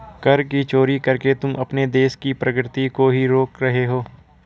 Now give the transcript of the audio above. कर की चोरी करके तुम अपने देश की प्रगती को ही रोक रहे हो